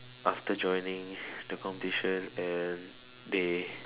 after joining the competition and they